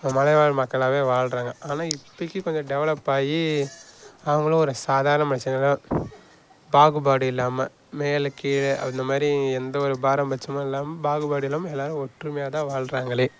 அந்த மலைவாழ் மக்களாகவே வாழ்கிறாங்க ஆனால் இப்போக்கி கொஞ்சம் டெவலப் ஆகி அவங்களும் ஒரு சாதாரண மனுஷங்களாகதான் பாகுபாடு இல்லாமல் மேலே கீழே அந்த மாதிரி எந்த ஒரு பாரபட்சமும் இல்லாமல் பாகுபாடு இல்லாமல் எல்லாேரும் ஒற்றுமையாகதான் வாழ்கிறாங்களே